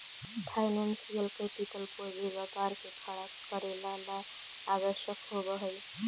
financial capital कोई भी व्यापार के खड़ा करेला ला आवश्यक होवऽ हई